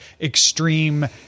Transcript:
extreme